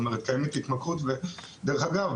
דרך אגב,